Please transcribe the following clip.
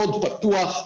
הקוד פתוח,